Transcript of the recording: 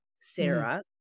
Sarah